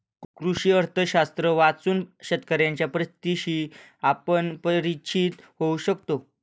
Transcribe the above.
कृषी अर्थशास्त्र वाचून शेतकऱ्यांच्या परिस्थितीशी आपण परिचित होऊ शकतो